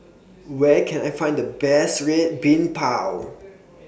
Where Can I Find The Best Red Bean Bao